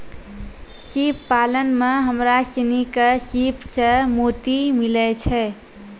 सिप पालन में हमरा सिनी के सिप सें मोती मिलय छै